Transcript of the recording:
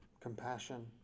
compassion